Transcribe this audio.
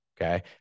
okay